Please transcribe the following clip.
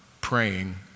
praying